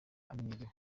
amenyerewe